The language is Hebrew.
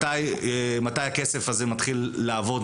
מתי הכסף הזה מתחיל לעבוד,